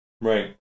right